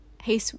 Hey